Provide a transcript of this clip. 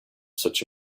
such